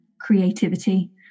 Creativity